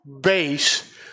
base